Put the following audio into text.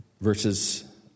verses